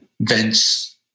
vents